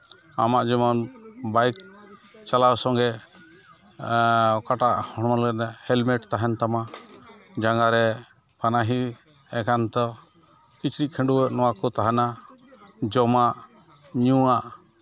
ᱟᱢᱟᱜ ᱡᱮᱢᱚᱱ ᱵᱟᱭᱤᱠ ᱪᱟᱞᱟᱣ ᱥᱚᱝᱜᱮ ᱚᱠᱟᱴᱟᱜ ᱦᱚᱲᱢᱚ ᱦᱮᱞᱢᱮᱴ ᱛᱟᱦᱮᱱ ᱛᱟᱢᱟ ᱡᱟᱸᱜᱟᱨᱮ ᱯᱟᱱᱟᱦᱤ ᱮᱠᱟᱱᱛᱚ ᱠᱤᱪᱨᱤᱡ ᱠᱷᱟᱹᱰᱩᱣᱟᱹᱜ ᱱᱚᱣᱟ ᱠᱚ ᱛᱟᱦᱮᱱᱟ ᱡᱚᱢᱟᱜ ᱧᱩᱣᱟᱜ